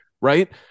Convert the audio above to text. right